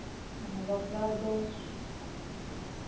ᱟᱨ ᱵᱟᱯᱞᱟ ᱨᱮᱫᱚ